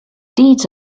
deeds